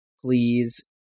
please